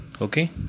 okay